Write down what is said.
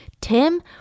Tim